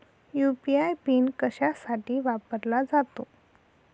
UPI PIN कशासाठी वापरला जातो?